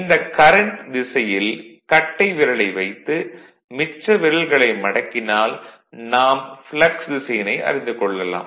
இந்த கரண்ட் திசையில் கட்டை விரலை வைத்து மிச்ச விரல்களை மடக்கினால் நாம் ப்ளக்ஸ் திசையினை அறிந்து கொள்ளலாம்